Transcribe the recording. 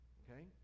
okay